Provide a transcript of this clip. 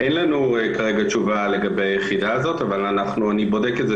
אין לנו כרגע תשובה לגבי היחידה הזאת אבל אני בודק את זה